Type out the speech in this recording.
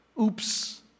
oops